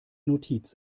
notiz